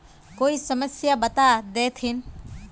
कोई समस्या बता देतहिन?